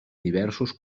diversos